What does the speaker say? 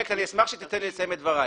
מר פרויקט, אשמח שתיתן לי לסיים את דבריי.